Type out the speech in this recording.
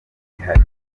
ihari